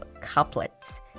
Couplets